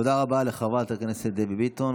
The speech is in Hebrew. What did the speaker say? תודה רבה לחברת הכנסת דבי ביטון.